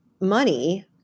money